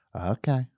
Okay